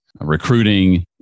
recruiting